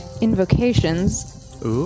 invocations